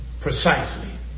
Precisely